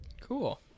Cool